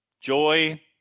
joy